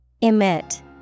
Emit